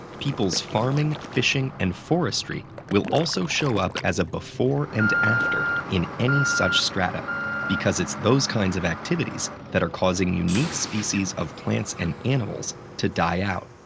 people's farming, fishing, and forestry will also show up as a before and after in any such strata because it's those kinds of activities that are causing unique species of plants and animals to die out.